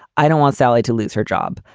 i don't want sally to lose her job.